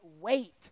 wait